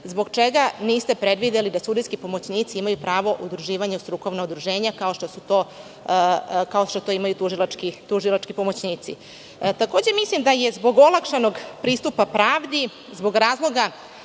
zbog čega niste predvideli da sudijski pomoćnici imaju pravo udruživanja u strukovna udruženja, kao što to imaju tužilački pomoćnici i tužilački pripravnici. Mislim da je zbog olakšanog pristupa pravdi i zbog razloga